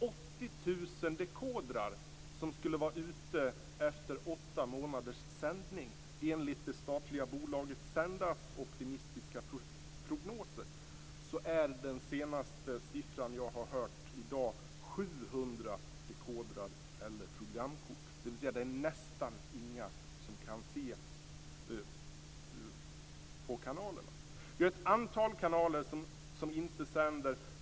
80 000 dekodrar skulle vara ute efter åtta månaders sändning, enligt det statliga bolaget Sendas optimistiska prognoser. Den senaste siffra som jag har hört, i dag, är att det är 700 dekodrar eller programkort. Det är alltså nästan inga som kan se på kanalerna. Det är ett antal kanaler som inte sänder.